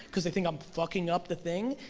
because they think i'm fucking up the thing,